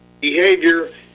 behavior